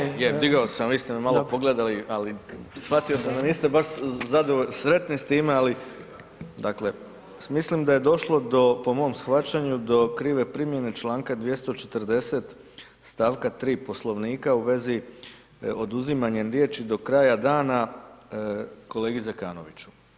Je, je, je, digao sam, vi ste me malo pogledali, ali shvatio sam da niste baš zadovoljni, sretni s time, ali, dakle, mislim da je došlo do, po mom shvaćanju, do krive primjene članka 240., stavka 3. Poslovnika, u vezi oduzimanjem riječi do kraja dana kolegi Zekanoviću.